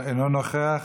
אינו נוכח.